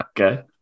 Okay